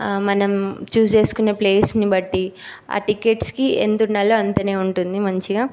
మనం చూజ్ చేసుకునే ప్లేస్ని బట్టి ఆ టికెట్స్కి ఎంతుండాలో అంతనే ఉంటుంది మంచిగ